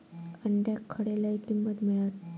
अंड्याक खडे लय किंमत मिळात?